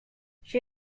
she